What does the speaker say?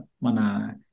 Mana